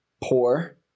poor